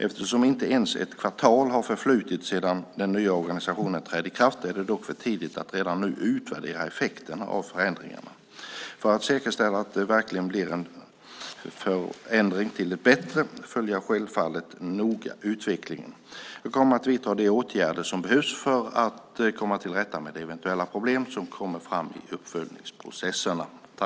Eftersom inte ens ett kvartal har förflutit sedan den nya organisationen trädde i kraft är det dock för tidigt att redan nu utvärdera effekterna av förändringarna. För att säkerställa att det verkligen blir en förändring till det bättre följer jag självfallet noga utvecklingen. Jag kommer att vidta de åtgärder som behövs för att komma till rätta med eventuella problem som kommer fram i uppföljningsprocesserna.